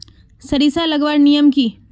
सरिसा लगवार नियम की?